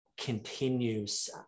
continues